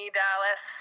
dallas